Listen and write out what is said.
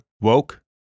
Woke